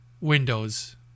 windows